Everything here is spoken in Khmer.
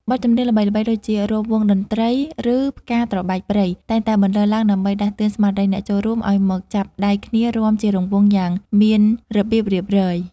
បទចម្រៀងល្បីៗដូចជា រាំវង់តន្ត្រី ឬ ផ្កាត្របែកព្រៃ តែងតែបន្លឺឡើងដើម្បីដាស់តឿនស្មារតីអ្នកចូលរួមឱ្យមកចាប់ដៃគ្នារាំជារង្វង់មូលយ៉ាងមានរបៀបរៀបរយ។